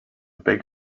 big